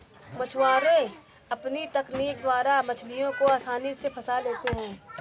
मछुआरे अपनी तकनीक द्वारा मछलियों को आसानी से फंसा लेते हैं